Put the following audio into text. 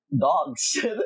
dogs